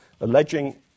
alleging